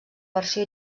versió